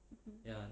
mmhmm